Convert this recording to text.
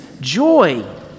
joy